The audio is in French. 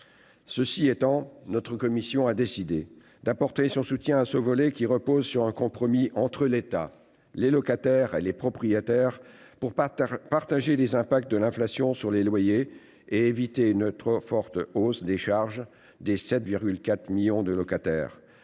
Cela étant, notre commission a décidé d'apporter son soutien à ce volet, qui repose sur un compromis entre l'État, les locataires et les propriétaires visant à partager les effets de l'inflation sur les loyers et éviter une trop forte augmentation des charges des 7,4 millions de locataires.